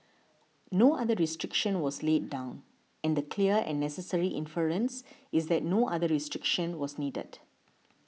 no other restriction was laid down and the clear and necessary inference is that no other restriction was needed